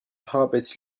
hobbits